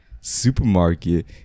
Supermarket